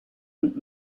und